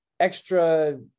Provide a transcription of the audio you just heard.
extra